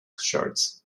shorts